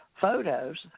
photos